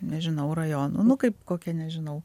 nežinau rajonų nu kaip kokia nežinau